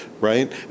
right